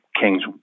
King's